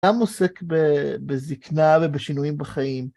גם עוסק בזקנה ובשינויים בחיים.